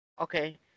Okay